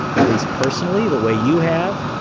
at least personally the way you have,